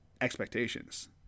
expectations